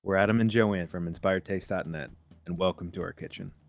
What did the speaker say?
we're adam and joanne from inspiredtaste dot and net and welcome to our kitchen.